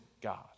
God